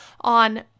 on